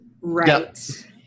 Right